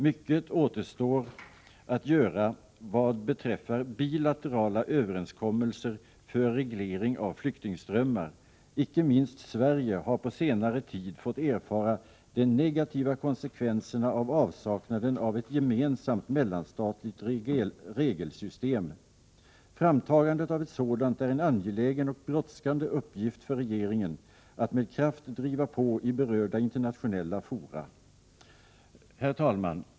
Mycket återstår att göra vad beträffar bilaterala överenskommelser för reglering av flyktingströmmar. Icke minst Sverige har på senare tid fått erfara de negativa konsekvenserna av avsaknaden av ett gemensamt mellanstatligt regelsystem. Framtagandet av ett sådant är en angelägen och brådskande uppgift för regeringen och att med kraft driva på i berörda internationella fora. Herr talman!